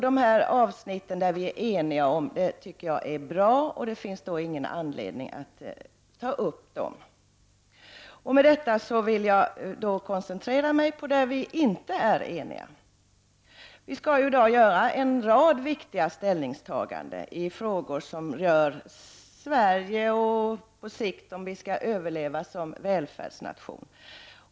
De avsnitt där vi är eniga tycker jag är bra, och det finns då ingen anledning att ta upp dem till diskussion. Med detta vill jag koncentrera mig på de områden där vi inte är eniga. Vi skall i dag göra en rad viktiga ställningstaganden i frågor som rör huruvida Sverige på sikt skall överleva som välfärdsnation.